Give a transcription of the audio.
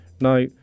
Now